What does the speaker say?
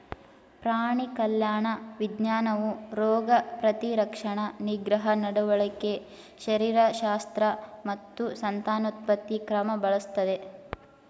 ಪ್ರಾಣಿ ಕಲ್ಯಾಣ ವಿಜ್ಞಾನವು ರೋಗ ಪ್ರತಿರಕ್ಷಣಾ ನಿಗ್ರಹ ನಡವಳಿಕೆ ಶರೀರಶಾಸ್ತ್ರ ಮತ್ತು ಸಂತಾನೋತ್ಪತ್ತಿ ಕ್ರಮ ಬಳಸ್ತದೆ